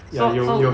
so so w~